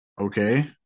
Okay